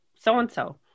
so-and-so